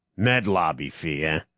med lobby fee, ah?